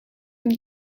een